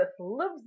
loves